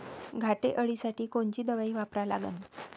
घाटे अळी साठी कोनची दवाई वापरा लागन?